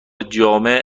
جامع